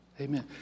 Amen